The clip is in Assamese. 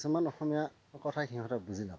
কিছুমান অসমীয়া কথাই সিহঁতে বুজি নাপায়